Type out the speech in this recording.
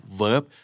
verb